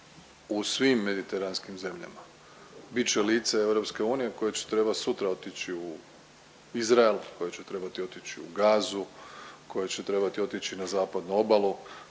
u svim mediteranskim zemljama. Bit će lice EU koje će trebati sutra otići u Izrael, koje će trebati otići u Gazu, koje će trebati otići na Zapadnu obalu,